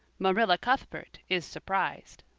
marilla cuthbert is surprised